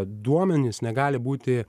duomenys negali būti